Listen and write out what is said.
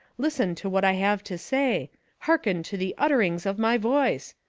listen to what i have to say harken to the utterings of my voice!